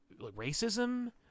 racism